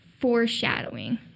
foreshadowing